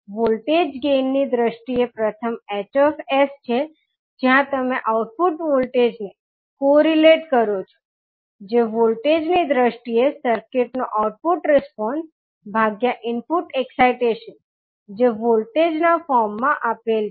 voltage gain ની દ્રષ્ટિએ પ્રથમ 𝐻𝑠 છે જ્યાં તમે આઉટપુટ વોલ્ટેજ ને કોરિલેટ કરો છો જે વોલ્ટેજની દ્રષ્ટિએ સર્કિટનો આઉટપુટ રિસ્પોન્સ ભાગ્યા ઇનપુટ એક્સાઈટેશન જે વોલ્ટેજના ફોર્મ મા આપેલ છે